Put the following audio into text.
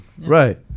Right